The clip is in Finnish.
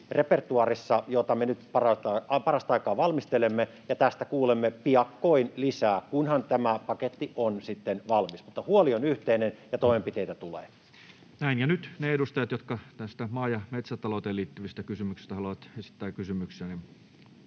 repertuaarissa, jota me nyt parasta aikaa valmistelemme, ja tästä kuulemme piakkoin lisää, kunhan tämä paketti on sitten valmis. Mutta huoli on yhteinen, ja toimenpiteitä tulee. Ja nyt edustajat, jotka näistä maa- ja metsätalouteen liittyvistä kysymyksistä haluavat esittää kysymyksiä,